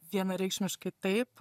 vienareikšmiškai taip